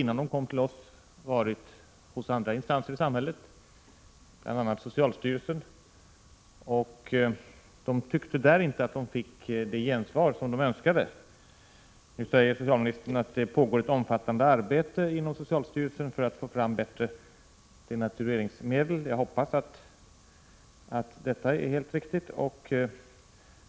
Innan de kom till oss hade de varit hos andra instanser i samhället, bl.a. socialstyrelsen. Socialarbetarna tyckte inte att de hos de olika instanserna hade fått det gensvar som de önskade. Nu säger socialministern att ett omfattande arbete pågår inom socialstyrelsen för att få fram bättre denatureringsmedel. Jag hoppas att detta är helt riktigt och